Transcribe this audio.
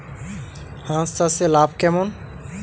হাঁস চাষে লাভ কেমন?